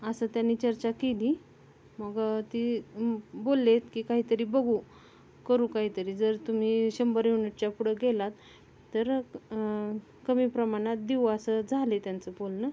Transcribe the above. असं त्यांनी चर्चा केली मग ती बोलले आहेत की काहीतरी बघू करू काहीतरी जर तुम्ही शंभर युनिटच्या पुढं गेलात तर कमी प्रमाणात देऊ असं झालं आहे त्यांचं बोलणं